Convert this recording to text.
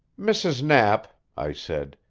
mrs. knapp, i said,